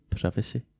privacy